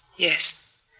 Yes